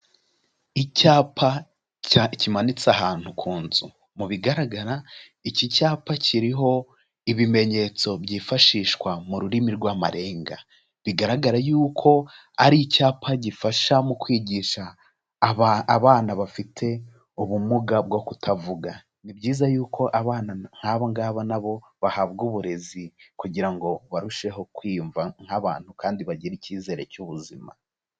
Icyapa kimanitse ahantu ku nzu, mu bigaragara iki cyapa kiriho ibimenyetso byifashishwa mu rurimi rw'amarenga, bigaragara yuko ari icyapa gifasha mu kwigisha abana bafite ubumuga bwo kutavuga, ni byiza yuko abana nk'abangaba na bo bahabwa uburezi kugira ngo barusheho kwiyumva nk'abantu, kandi bagira icyizere cy'ubuzima.